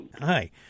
Hi